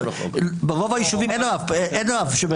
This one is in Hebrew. ברוב היישובים אין רב שמכהן.